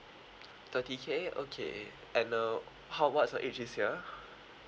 thirty K okay and uh how what's your age this year